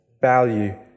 value